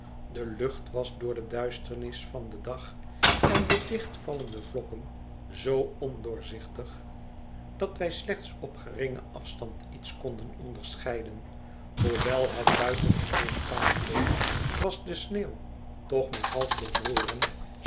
de lucht was door de duisternis van den dag en de dicht vallende vlokken zoo ondoorzichtig dat wij slechts op geringen afstand iets konden onderscheiden hoewel het buitengemeen koud bleef was de sneeuw toch maar half bevroren